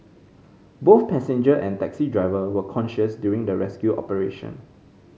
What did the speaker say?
both passenger and taxi driver were conscious during the rescue operation